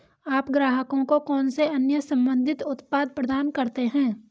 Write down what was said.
आप ग्राहकों को कौन से अन्य संबंधित उत्पाद प्रदान करते हैं?